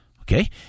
Okay